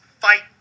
fight